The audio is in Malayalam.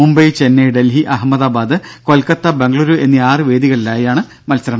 മുംബൈ ചെന്നൈ ഡൽഹി അഹമ്മദാബാദ് കൊൽക്കത്ത ബംഗളൂരു എന്നീ ആറ് വേദികളിലാണ് മത്സരം